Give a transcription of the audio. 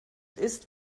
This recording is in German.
ist